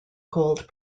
cold